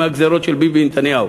עם הגזירות של ביבי נתניהו.